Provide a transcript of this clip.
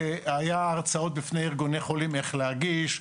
היו בפני ארגונים החולים הרצאות איך להגיש,